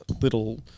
little